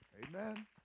Amen